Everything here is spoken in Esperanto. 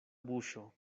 buŝo